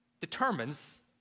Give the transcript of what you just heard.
determines